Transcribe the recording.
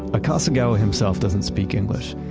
akasegawa himself doesn't speak english.